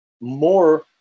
more